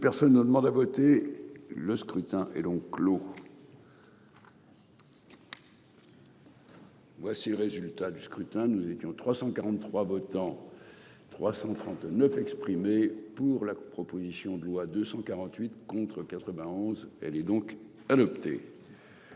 personne ne demande à voter Le scrutin est donc clos. Voici le résultat du scrutin. Nous étions 343 votants. 339 exprimé pour la proposition de loi 248 contre 91. Elle est donc adopté.